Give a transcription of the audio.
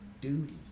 duty